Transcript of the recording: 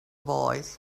voice